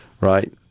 right